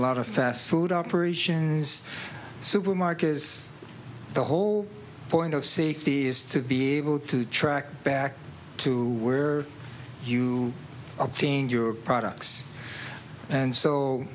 lot of fast food operations supermarket is the whole point of safety is to be able to track back to where you obtained your products and so